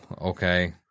Okay